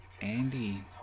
Andy